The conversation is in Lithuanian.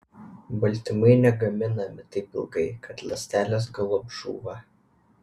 baltymai negaminami taip ilgai kad ląstelės galop žūva